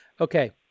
Okay